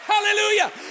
Hallelujah